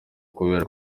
kubera